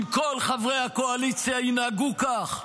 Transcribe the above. אם כל חברי הקואליציה ינהגו כך,